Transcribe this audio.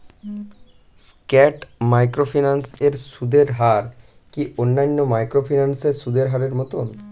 স্কেট microfinance এর সুদের হার কি অন্যান্য মাইক্রোফিন্যান্স এর সুদের হারের মতন?